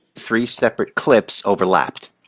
three separate clips overlapped.